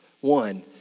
One